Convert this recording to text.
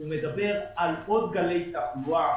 הוא מדבר על עוד גלי תחלואה